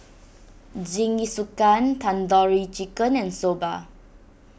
Jingisukan Tandoori Chicken and Soba